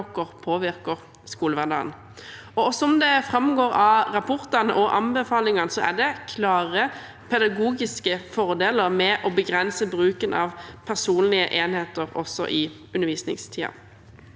påvirker skolehverdagen. Som det framgår av rapportene og anbefalingene, er det klare pedagogiske fordeler med å begrense bruken av personlige enheter også i undervisningstiden.